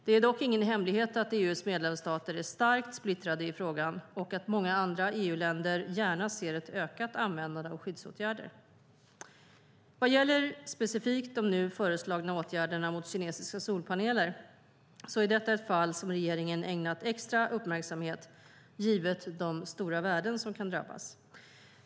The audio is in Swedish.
Det är dock ingen hemlighet att EU:s medlemsstater är starkt splittrade i frågan och att många andra EU-länder gärna ser ett ökat användande av skyddsåtgärder. Vad gäller specifikt de nu föreslagna åtgärderna mot kinesiska solpaneler är detta ett fall som regeringen ägnat extra uppmärksamhet, givet de stora värden som kan drabbas.